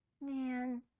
man